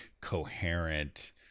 coherent